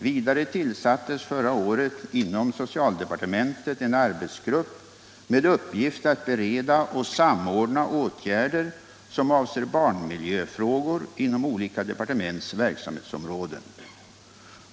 Vidare tillsattes förra året inom socialdepartementet en arbetsgrupp med uppgift att bereda och samordna åtgärder som avser barnmiljöfrågor inom olika departements verksamhetsområden.